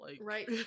Right